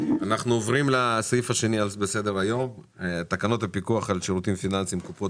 החודשית שאותם פנסיונרים יקבלו מהקרנות ומקופות